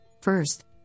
First